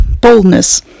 Boldness